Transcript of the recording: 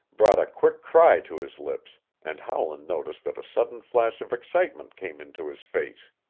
brought a quick cry to his lips and howland noticed that a sudden flush of excitement came into his face,